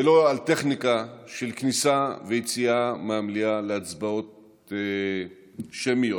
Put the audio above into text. ולא לטכניקה של כניסה ויציאה מהמליאה להצבעות שמיות.